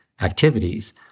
activities